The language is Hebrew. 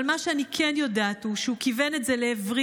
אבל מה שאני כן יודעת הוא שהוא כיוון את זה לעברי